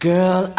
Girl